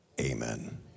amen